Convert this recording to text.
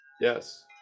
Yes